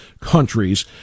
countries